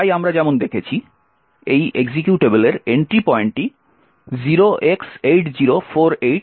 তাই আমরা যেমন দেখেছি এই এক্সিকিউটেবলের এন্ট্রি পয়েন্টটি 0x8048ce0 অবস্থানে রয়েছে